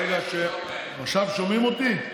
עכשיו שומעים אותי?